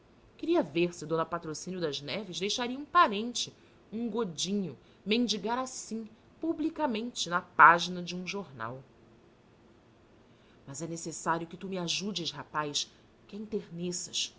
queria ver se d patrocínio das neves deixaria um parente um godinho mendigar assim publicamente na página de um jornal mas é necessário que tu me ajudes rapaz que a